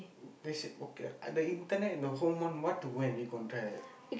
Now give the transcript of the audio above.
they say okay I the internet in the home one what to go and recontract